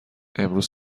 امروز